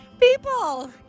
People